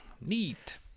neat